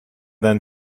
then